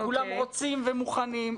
כולם רוצים ומוכנים.